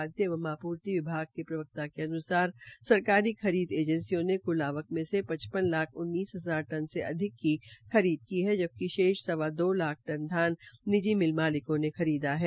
खाद्य एवं आपूर्ति विभाग के प्रवक्ता ने अनुसार सरकारी खरीद एजेंसियों ने कुल आवक में से पचपन लाख उन्नीस हजार टन से अधिक की खरीद की है जबकि शेष सवा लाख टन धान निजी मिल मालिको ने खरीदा है